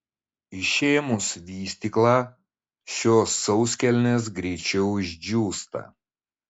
išėmus vystyklą šios sauskelnės greičiau išdžiūsta